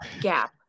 gap